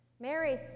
Mary